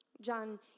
John